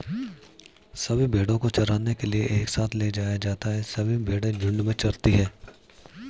सभी भेड़ों को चराने के लिए एक साथ ले जाया जाता है सभी भेड़ें झुंड में चरती है